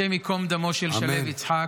השם ייקום דמו של שלו יצחק.